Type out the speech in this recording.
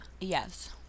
yes